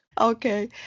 Okay